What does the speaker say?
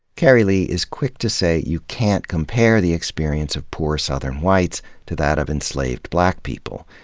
keri leigh is quick to say you can't compare the experience of poor southern whites to that of enslaved black people.